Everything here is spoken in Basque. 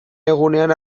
egunean